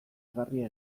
egarria